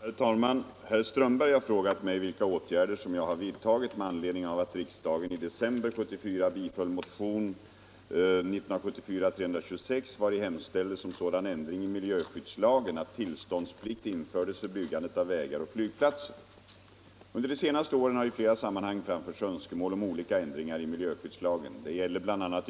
Herr talman! Herr Strömberg i Botkyrka har frågat mig vilka åtgärder som jag har vidtagit med anledning av att riksdagen i december 1974 Under de senaste åren har i flera sammanhang framförts önskemål om olika ändringar i miljöskyddslagen. Det gäller bl.a.